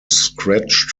scratch